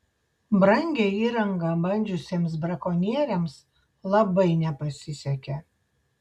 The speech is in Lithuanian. brangią įrangą bandžiusiems brakonieriams labai nepasisekė